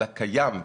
על הקיים,